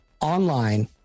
online